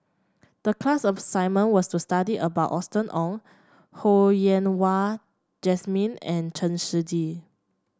the class assignment was to study about Austen Ong Ho Yen Wah Jesmine and Chen Shiji